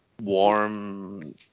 warm